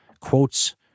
quotes